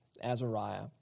Azariah